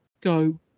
go